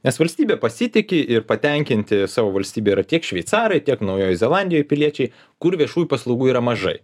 nes valstybė pasitiki ir patenkinti savo valstybe yra tiek šveicarai tiek naujoj zelandijoj piliečiai kur viešųjų paslaugų yra mažai